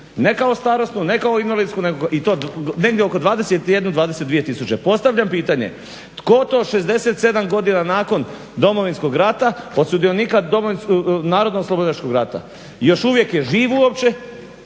Ne kao starosnu, ne kao invalidsku i to negdje oko 21, 22 tisuće. Postavljam pitanje tko to 67 godina nakon Narodno oslobodilačkog rata, od sudionika Narodno oslobodilačkog rata još uvijek je živ uopće,